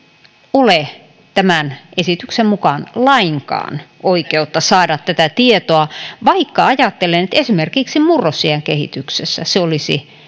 ole tämän esityksen mukaan lainkaan oikeutta saada tätä tietoa vaikka ajattelen että esimerkiksi murrosiän kehityksessä se olisi